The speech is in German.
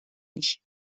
nicht